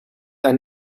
ein